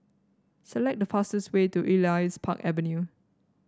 select the fastest way to Elias Park Avenue